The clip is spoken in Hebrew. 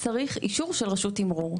צריך אישור של רשות התמרור.